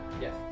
Yes